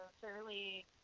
fairly